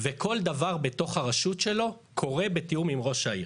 וכל דבר בתוך הרשות שלו קורה בתיאום עם ראש העיר.